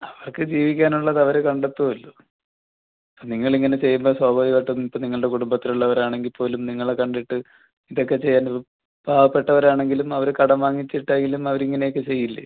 അവർക്ക് ജീവിക്കാനുള്ളത് അവർ കണ്ടെത്തുവല്ലോ നിങ്ങൾ ഇങ്ങനെ ചെയ്യുമ്പോൾ സ്വാഭാവികമായിട്ടും ഇപ്പോൾ നിങ്ങളുടെ കുടുംബത്തിലുള്ളവരാണെങ്കിൽ പോലും നിങ്ങളെ കണ്ടിട്ട് ഇതൊക്കെ ചെയ്യാൻ പാവപ്പെട്ടവരാണെങ്കിലും അവർ കടം വാങ്ങിച്ചിട്ടായാലും അവരിങ്ങനെയൊക്കെ ചെയ്യില്ലേ